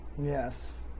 Yes